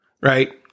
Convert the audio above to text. right